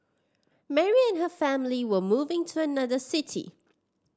Mary and her family were moving to another city